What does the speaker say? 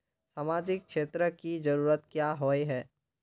सामाजिक क्षेत्र की जरूरत क्याँ होय है?